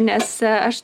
nes aš